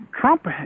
trump